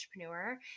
entrepreneur